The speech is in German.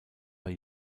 bei